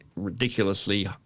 ridiculously